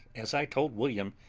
as i told william,